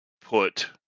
put